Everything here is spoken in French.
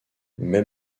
mais